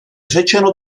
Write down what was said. řečeno